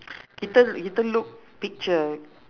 kita kita look picture